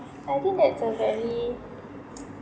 I think that's a very